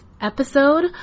episode